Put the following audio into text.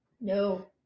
No